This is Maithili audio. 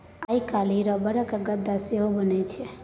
आइ काल्हि रबरक गद्दा सेहो बनैत छै